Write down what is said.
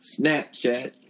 snapchat